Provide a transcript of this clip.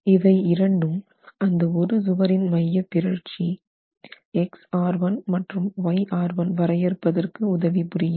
இவை இரண்டும் அந்த ஒரு சுவரின் மையப்பிறழ்ச்சி மற்றும் வரையறுப்பதற்கு உதவி புரியும்